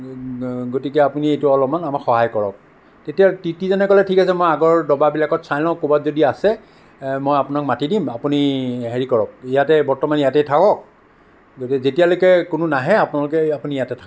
গতিকে আপুনি এইটো অলপমান আমাক সহায় কৰক তেতিয়া টি টি জনে ক'লে ঠিক আছে মই আগৰ ডবাবিলাকত চাই লওঁ ক'ৰবাত যদি আছে মই আপোনাক মাতি দিম আপুনি হেৰি কৰক ইয়াতে বৰ্তমান ইয়াতে থাকক গতিকে যেতিয়ালৈকে কোনো নাহে আপোনালোকে আপুনি ইয়াতে থাকক